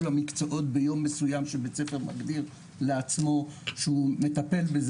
המקצועות ביום מסוים שבית ספר מגדיר לעצמו שהוא מטפל בזה